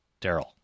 Daryl